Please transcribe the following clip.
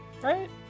right